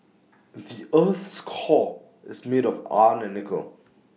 the Earth's core is made of iron and nickel